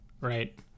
right